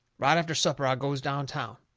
right after supper i goes down town.